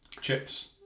Chips